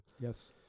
yes